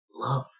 love